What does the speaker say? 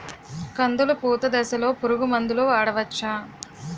కందులు పూత దశలో పురుగు మందులు వాడవచ్చా?